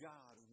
God